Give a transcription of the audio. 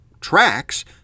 tracks